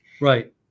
Right